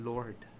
Lord